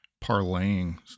parlaying